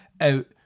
out